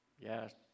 Yes